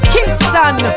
Kingston